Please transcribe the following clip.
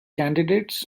candidates